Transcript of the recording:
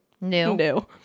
new